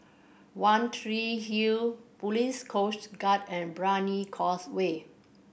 One Tree Hill Police Coast Guard and Brani Causeway